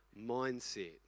mindset